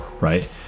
right